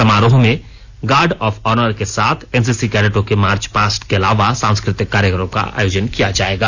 समारोह में guard of honour के साथ एनसीसी कैडेटों के मार्च पास्ट के अलावा सांस्कृ तिक कार्यक्रम का आयोजन किया गया है